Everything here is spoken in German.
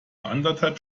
anderthalb